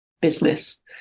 business